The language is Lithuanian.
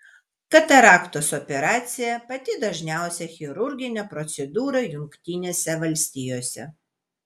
kataraktos operacija pati dažniausia chirurginė procedūra jungtinėse valstijose